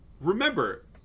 remember